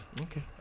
Okay